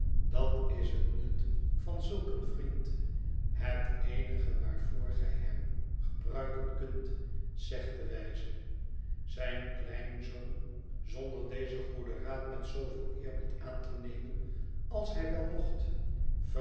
dat is het nut van zulk een vriend het eenige waarvoor gij hem gebruiken kunt zegt de wijze zijn kleinzoon zonder dezen goeden raad grootvader smallweed m met zooveel eerbied aan te nemen als hij wel mocht